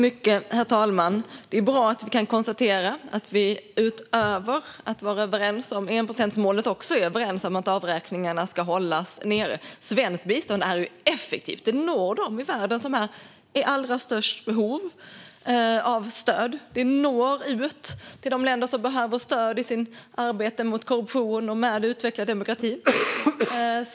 Herr talman! Det är bra att vi kan konstatera att vi utöver att vara överens om enprocentsmålet också är överens om att avräkningarna ska hållas nere. Svenskt bistånd är effektivt. Det når dem i världen som är i allra störst behov av stöd. Det når ut till de länder som behöver stöd i sitt arbete mot korruption och med att utveckla demokratin.